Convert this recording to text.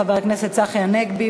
חבר הכנסת צחי הנגבי.